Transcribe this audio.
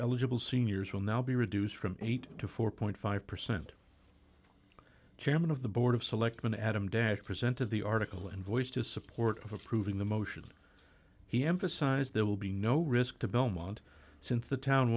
eligible seniors will now be reduced from eight to four five percent chairman of the board of selectmen adam dash percent of the article and voice to support of approving the motion he emphasized there will be no risk to belmont since the town